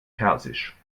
persisch